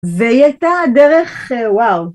והיא הייתה דרך, וואו.